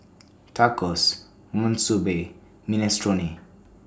Tacos Monsunabe Minestrone